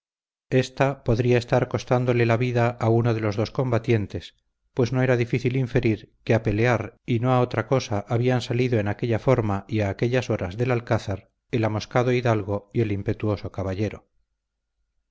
ésta podría estar costándole la vida a uno de los dos combatientes pues no era difícil inferir que a pelear y no a otra cosa habían salido en aquella forma y a aquellas horas del alcázar el amoscado hidalgo y el impetuoso caballero